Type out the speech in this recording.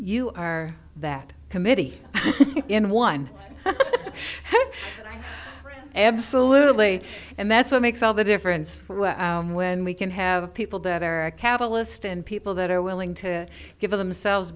you are that committee in one house absolutely and that's what makes all the difference when we can have people that are a catalyst and people that are willing to give of themselves